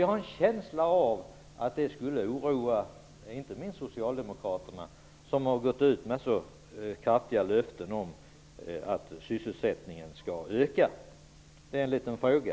Jag har en känsla av att det skulle oroa inte minst socialdemokraterna, som har gått ut med så starka löften om att sysselsättningen skall öka. Det är en liten fråga.